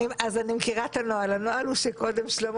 הנוהל הוא שקודם שלמה